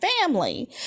family